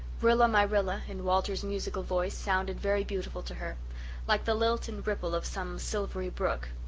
rilla-my-rilla in walter's musical voice sounded very beautiful to her like the lilt and ripple of some silvery brook.